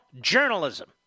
journalism